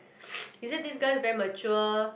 he said this girl is very mature